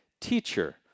teacher